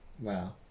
wow